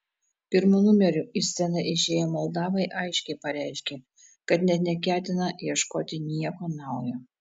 pirmu numeriu į sceną išėję moldavai aiškiai pareiškė kad net neketina ieškoti nieko naujo